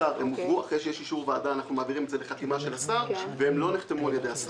האוצר לחתימה של השר, והם לא נחתמו על ידי השר,